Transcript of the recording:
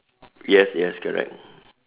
yes yes correct